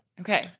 Okay